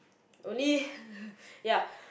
only ya